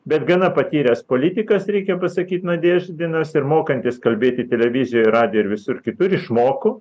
bet gana patyręs politikas reikia pasakyt nadeždinas ir mokantis kalbėti televizijoj radijuj ir visur kitur išmoko